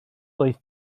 doedd